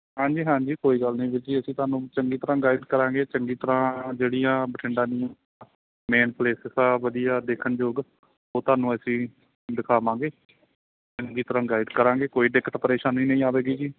ਹਾਂਜੀ ਹਾਂਜੀ ਕੋਈ ਗੱਲ ਨਹੀਂ ਵੀਰ ਜੀ ਅਸੀਂ ਤੁਹਾਨੂੰ ਚੰਗੀ ਤਰ੍ਹਾਂ ਗਾਈਡ ਕਰਾਂਗੇ ਚੰਗੀ ਤਰ੍ਹਾਂ ਜਿਹੜੀਆਂ ਬਠਿੰਡਾ ਮੇਨ ਪਲੇਸਸ ਆ ਵਧੀਆ ਦੇਖਣਯੋਗ ਉਹ ਤੁਹਾਨੂੰ ਅਸੀਂ ਦਿਖਾਵਾਂਗੇ ਚੰਗੀ ਤਰ੍ਹਾਂ ਗਾਈਡ ਕਰਾਂਗੇ ਕੋਈ ਦਿੱਕਤ ਪਰੇਸ਼ਾਨੀ ਨਹੀਂ ਆਵੇਗੀ ਜੀ